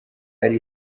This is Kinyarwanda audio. ari